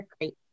great